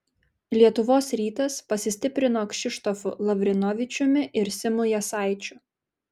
lietuvos rytas pasistiprino kšištofu lavrinovičiumi ir simu jasaičiu